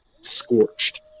scorched